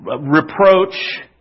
reproach